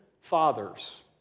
fathers